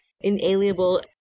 Inalienable